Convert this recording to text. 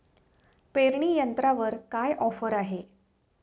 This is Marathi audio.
पेरणी यंत्रावर काय ऑफर आहे?